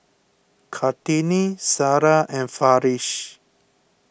Kartini Sarah and Farish